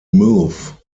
move